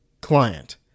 client